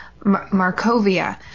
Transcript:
Markovia